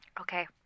Okay